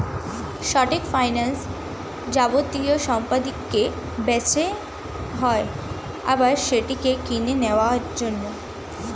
short ফাইন্যান্সে যাবতীয় সম্পত্তিকে বেচা হয় আবার সেটাকে কিনে নেওয়ার জন্য